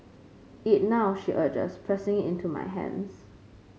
eat now she urges pressing it into my hands